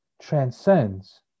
transcends